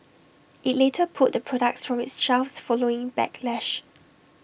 IT later pulled the products from its shelves following backlash